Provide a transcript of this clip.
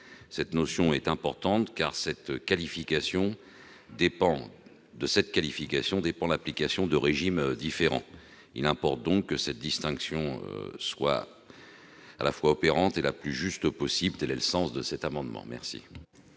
Cette notion est importante, car de cette qualification dépend l'application de régimes différents. Il importe donc que cette distinction soit à la fois opérante et la plus juste possible. Quel est l'avis de la commission ? Le